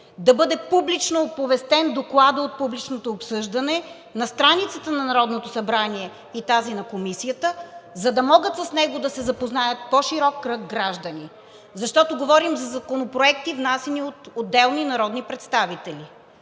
да бъде публично оповестен докладът от публичното обсъждане на страниците на Народното събрание и тази на комисията, за да могат с него да се запознаят по-широк кръг граждани, защото говорим за законопроекти, внасяни от отделни народни представители.